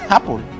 Apple